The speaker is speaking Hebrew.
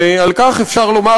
ועל כך אפשר לומר,